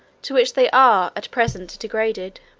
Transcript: to which they are at present degraded,